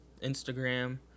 Instagram